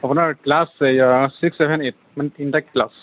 আপোনাৰ ক্লাছ এ six seven eight মানে তিনিটা ক্লাছ